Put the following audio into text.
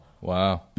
Wow